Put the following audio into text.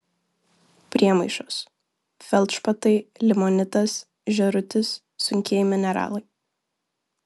priemaišos feldšpatai limonitas žėrutis sunkieji mineralai